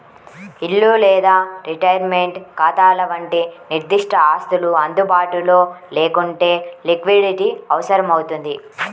ఇల్లు లేదా రిటైర్మెంట్ ఖాతాల వంటి నిర్దిష్ట ఆస్తులు అందుబాటులో లేకుంటే లిక్విడిటీ అవసరమవుతుంది